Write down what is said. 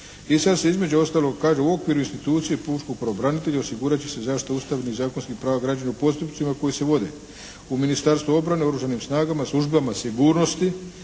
i sad se između ostalog kaže u okviru institucije pučkog pravobranitelja osigurat će se zaštita ustavnih i zakonskih prava građana u postupcima koji se vode u Ministarstvu obrane, oružanim snagama, službama sigurnosti,